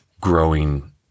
growing